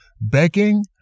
begging